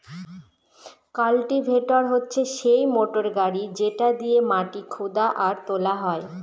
cultivator হচ্ছে সেই motor গাড়ি যেটা দিয়েক মাটি খুদা আর তোলা হয়